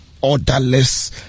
orderless